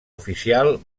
oficial